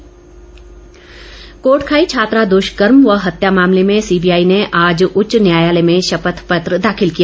शपथ पत्र कोटखाई छात्रा दृष्कर्म व हत्या मामले में सीबीआई ने आज उच्च न्यायालय में शपथ पत्र दाखिल किया